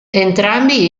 entrambi